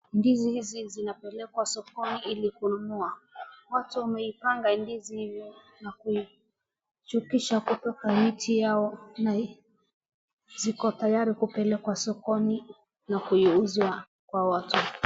Ndizi hizi zinapelekwa sokoni ili kununua. Watu wameipanga ndizi hiina kuishukisha kutoka mti yao na ziko tayari kupelekwa sokoni na kuiuza kwa watu.